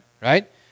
right